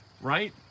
right